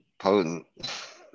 potent